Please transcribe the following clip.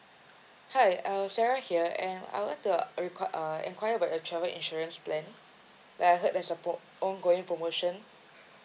hi uh sarah here and I'd like to uh require uh enquire about your travel insurance plan that I heard there's a pro~ on going promotion